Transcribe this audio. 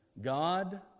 God